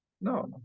No